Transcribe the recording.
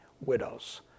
widows